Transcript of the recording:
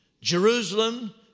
Jerusalem